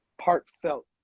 heartfelt